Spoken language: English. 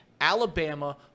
Alabama